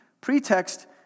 pretext